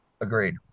Agreed